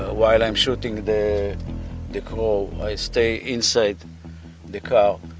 ah while i am shooting the the crow, i stay inside the car.